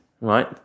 right